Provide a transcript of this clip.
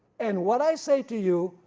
and what i say to you,